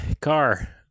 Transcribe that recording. car